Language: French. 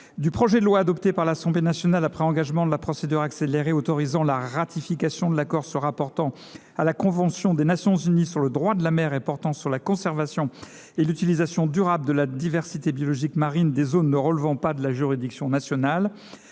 du projet de loi, adopté par l’Assemblée nationale après engagement de la procédure accélérée, autorisant la ratification de l’accord se rapportant à la convention des Nations unies sur le droit de la mer et portant sur la conservation et l’utilisation durable de la diversité biologique marine des zones ne relevant pas de la juridiction nationale.